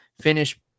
finish